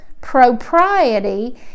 propriety